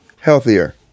healthier